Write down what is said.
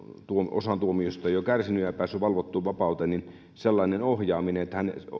osan tuomiosta jo kärsinyt ja päässyt valvottuun vapauteen on sellainen ohjaaminen